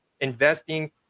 investing